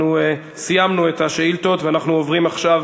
אנחנו סיימנו את השאילתות ואנחנו עוברים עכשיו